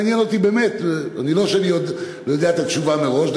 באמת, זה לא שאני יודע את התשובה מראש.